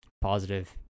Positive